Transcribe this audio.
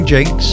Jinx